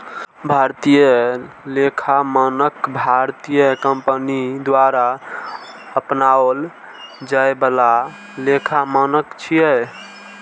भारतीय लेखा मानक भारतीय कंपनी द्वारा अपनाओल जाए बला लेखा मानक छियै